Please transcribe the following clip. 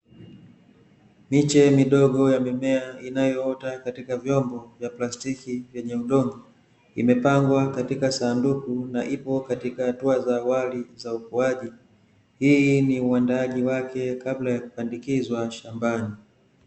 Miche midogo ya mimea inayoota katika vyombo vya plastiki vyenye udongo, imepangwa katika sanduku na ipo katika hatua za awali za ukuaji. Hii ni uandaaji wake kabla ya kupandikizwa shambani.